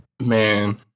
Man